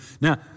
Now